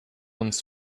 uns